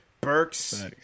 Burks